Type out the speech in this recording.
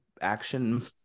action